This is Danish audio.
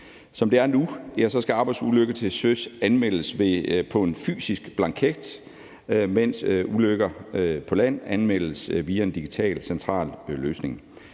Som det er nu, skal arbejdsulykker til søs anmeldes med en fysisk blanket, mens ulykker på land anmeldes via en digital central løsning. Derfor